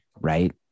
right